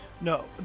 No